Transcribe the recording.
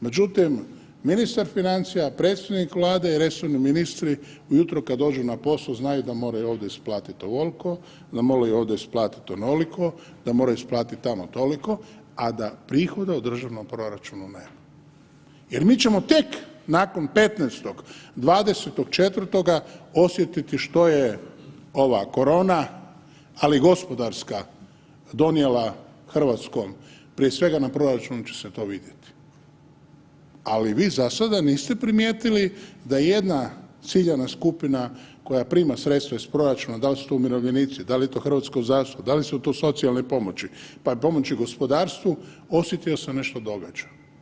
Međutim, ministar financija, predstojnik Vlade i resorni ministri ujutro kad dođu na posao znaju da moraju ovdje isplatiti ovolko, da moraju ovdje onoliko, da moraju isplatiti tamo toliko, a da prihoda u državnom proračunu nema jer mi ćemo tek nakon 15., 20.4. osjetiti što je ova korona, ali gospodarska donijela Hrvatskoj prije svega na proračunu će se to vidjeti, ali vi za sada niste primijetili da ijedna ciljana skupina koja prima sredstva iz proračuna, da li su to umirovljenici, da li je to hrvatskog zdravstvo, da li su to socijalne pomoći, pa i pomoći gospodarstvu osjetio da se nešto događa.